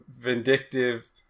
vindictive